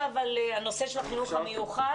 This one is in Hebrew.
(היו"ר רם שפע)